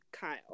Kyle